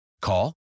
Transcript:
Call